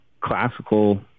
classical